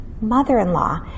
mother-in-law